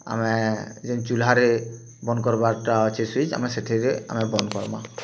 ଆମେ ଯେନ୍ ଚୁଲ୍ଲା ରେ ବନ୍ଦ କରବାର୍ ଟା ଅଛି ସୁଇଜ୍ ଆମେ ସେଥିରେ ଆମେ ବନ୍ଦ କର୍ମା